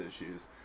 issues